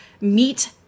Meet